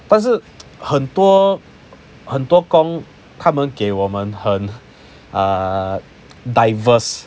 但是很多很多工他们给我们很 uh diverse